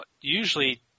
usually